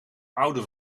oude